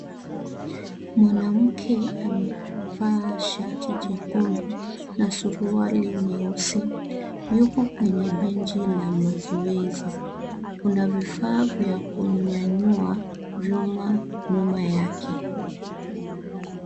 Mwanamke amevaa shati jekundu na suruali nyeusi. Yuko kwenye benchi la mazoezi. Kuna vifaa vya kunyayua vyuma nyuma yake.